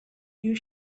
you